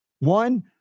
One